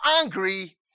angry